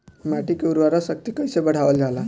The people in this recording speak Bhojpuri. माटी के उर्वता शक्ति कइसे बढ़ावल जाला?